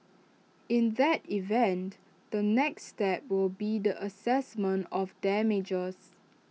in that event the next step will be the Assessment of damages